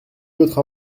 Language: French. votre